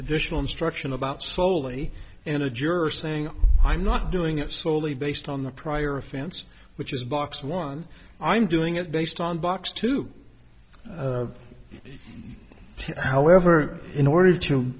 additional instruction about slowly in a juror saying i'm not doing it solely based on the prior offense which is box one i'm doing it based on box two however in order to